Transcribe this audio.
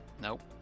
Nope